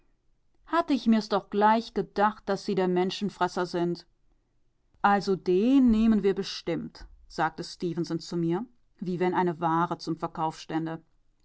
hatt ich mir's doch gleich gedacht daß sie der menschenfresser sind also den nehmen wir bestimmt sagte stefenson zu mir wie wenn eine ware zum verkauf stände